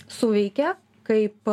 suveikia kaip